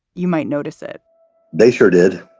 you might notice it they sure did